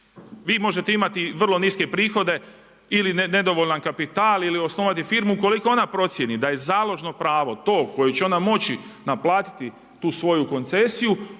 vi možete imati vrlo niske prihode ili nedovoljan kapital ili osnovati firmu. Ukoliko ona procijeni da je založno pravo to koje će ona moći naplatiti tu svoju koncesiju